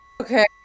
Okay